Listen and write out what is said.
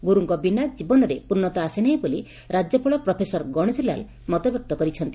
ଗୁରୁଙ୍କ ବିନା ଜୀବନରେ ପ୍ରର୍ଷତା ଆସେନାହିଁ ବୋଲି ରାଜ୍ୟପାଳ ପ୍ରଫେସର ଗଣେଶୀ ଲାଲ ମତବ୍ୟକ୍ତ କରିଛନ୍ତି